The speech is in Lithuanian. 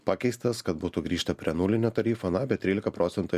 pakeistas kad būtų grįžta prie nulinio tarifo na bet trylika procentų